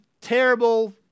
terrible